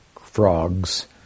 frogs